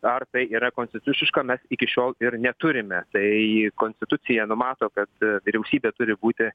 ar tai yra konstituciška mes iki šiol ir neturime tai konstitucija numato kad vyriausybė turi būti